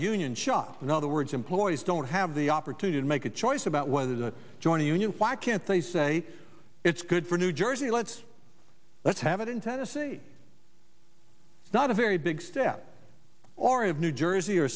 a union shop in other words employees don't have the opportunity to make a choice about whether to join a union why can't they say it's good for new jersey let's let's have it in tennessee not a very big step or of new jersey or